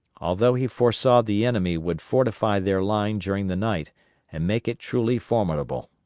although he foresaw the enemy would fortify their line during the night and make it truly formidable.